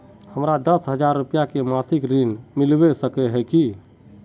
हमरा दस हजार रुपया के मासिक ऋण मिलबे सके है की?